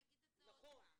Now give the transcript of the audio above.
אני אגיד את זה עוד פעם.